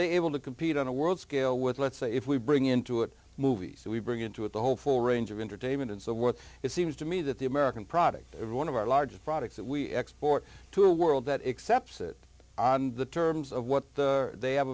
they able to compete on a world scale with let's say if we bring intuit movies so we bring into it the whole full range of entertainment and so what it seems to me that the american product every one of our largest products that we export to a world that except sit on the terms of what they have